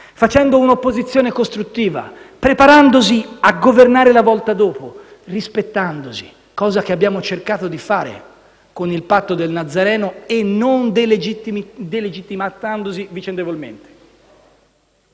facendo un'opposizione costruttiva, preparandosi a governare la volta dopo, rispettandosi - cosa che abbiamo cercato di fare con il patto del Nazareno - e non delegittimandosi vicendevolmente.